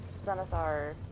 Zenithar